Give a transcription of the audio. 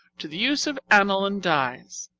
to the use of aniline dyes.